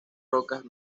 rocas